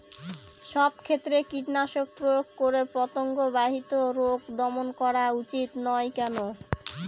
সব ক্ষেত্রে কীটনাশক প্রয়োগ করে পতঙ্গ বাহিত রোগ দমন করা উচিৎ নয় কেন?